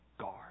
guard